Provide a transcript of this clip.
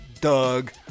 Doug